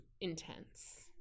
intense